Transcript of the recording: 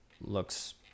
looks